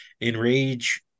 enrage